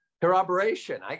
Corroboration